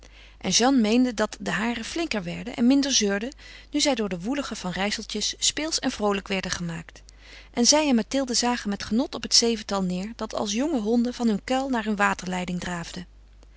en jeanne meende dat de hare flinker werden en minder zeurden nu zij door de woelige van rijsseltjes speelsch en vroolijk werden gemaakt en zij en mathilde zagen met genot op het zevental neêr dat als jonge honden van hun kuil naar hun waterleiding draafde